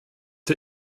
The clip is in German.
der